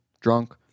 drunk